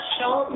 Show